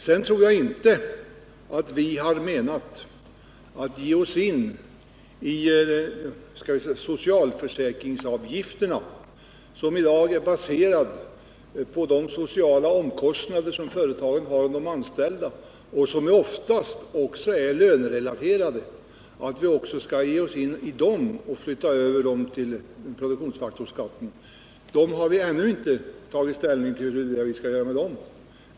Sedan tror jag inte att vi kommer att ge oss in på socialförsäkringsavgifterna, som i dag är baserade på de sociala omkostnader som företagen har för de anställda och som oftast också är lönerelaterade, och flytta över dem till produktionsfaktorsskatten. Vi har ännu inte tagit ställning till hur vi skall göra med dem.